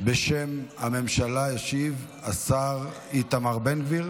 בשם הממשלה ישיב השר איתמר בן גביר,